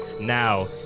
Now